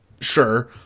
sure